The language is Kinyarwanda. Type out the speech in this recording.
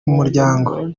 mumuryango